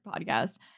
podcast